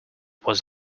was